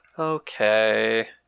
Okay